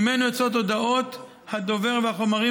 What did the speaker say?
וממנו יוצאות הודעות הדובר וחומרים